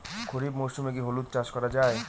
খরিফ মরশুমে কি হলুদ চাস করা য়ায়?